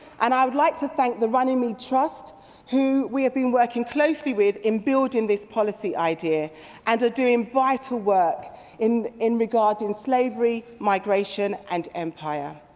and i would like to thank the runnymede trust who we have been working closely with in building the policy idea and doing vital work in in regarding slavery, migration and empire.